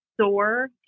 sore